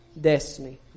destiny